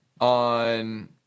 on